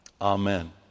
Amen